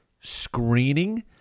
screening